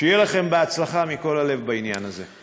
שיהיה לכם בהצלחה מכל הלב בעניין הזה.